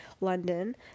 London